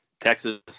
Texas